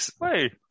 Wait